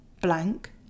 blank